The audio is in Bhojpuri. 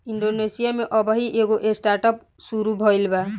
इंडोनेशिया में अबही एगो स्टार्टअप शुरू भईल बा